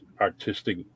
artistic